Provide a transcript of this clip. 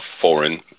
foreign